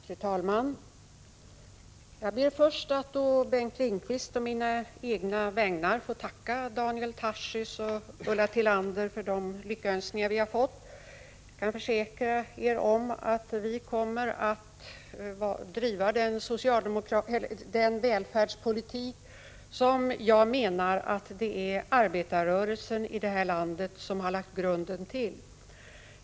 Fru talman! Jag ber först att å Bengt Lindqvists och mina egna vägnar få tacka Daniel Tarschys och Ulla Tillander för de lyckönskningar som vi har fått. Jag försäkrar att vi kommer att driva den välfärdspolitik som jag menar att det är arbetarrörelsen i detta land som har lagt grunden till.